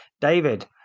David